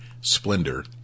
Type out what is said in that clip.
Splendor